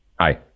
hi